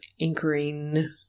anchoring